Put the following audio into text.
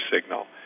signal